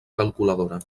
calculadora